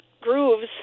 grooves